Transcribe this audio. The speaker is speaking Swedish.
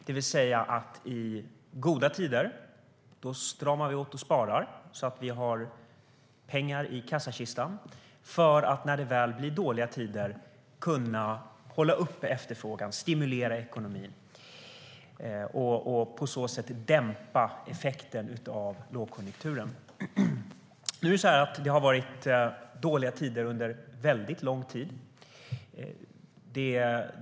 Det betyder att vi i goda tider stramar åt och sparar så att vi har pengar i kassakistan för att, när det väl blir dåliga tider, kunna hålla uppe efterfrågan, stimulera ekonomin och på så sätt dämpa effekten av lågkonjunkturen. Det har varit dåliga tider under väldigt lång tid.